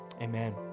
amen